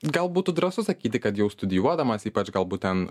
gal būtų drąsu sakyti kad jau studijuodamas ypač galbūt ten